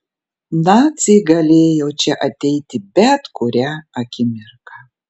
naciai galėjo čia ateiti bet kurią akimirką